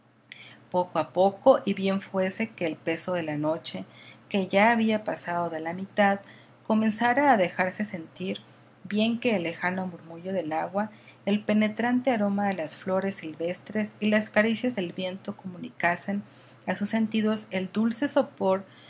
poco y bien fuese que el peso de la noche que ya había pasado de la mitad comenzara a dejarse sentir bien que el lejano murmullo del agua el penetrante aroma de las flores silvestres y las caricias del viento comunicasen a sus sentidos el dulce sopor